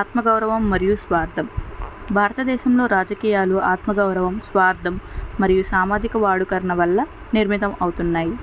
ఆత్మగౌరవం మరియు స్వార్థం భారతదేశంలో రాజకీయాలు ఆత్మగౌరవం స్వార్థం మరియు సామాజిక వాడుకరణ వల్ల నిర్మితం అవుతున్నాయి